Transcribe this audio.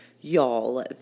Y'all